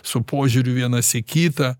su požiūriu vienas į kitą